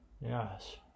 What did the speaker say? Yes